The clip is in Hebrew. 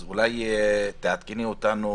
אז אולי תעדכני אותנו